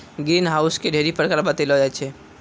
green house के ढ़ेरी प्रकार बतैलो जाय छै